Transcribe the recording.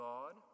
God